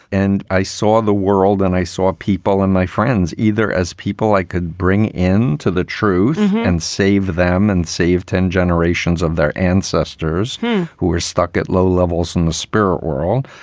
and i saw the world and i saw people and my friends either as people i could bring in to the truth and save them and save ten generations of their ancestors who were stuck at low levels in the spirit world,